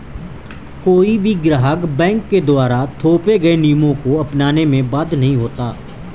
कोई भी ग्राहक बैंक के द्वारा थोपे गये नियमों को अपनाने में बाध्य नहीं होता